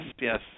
yes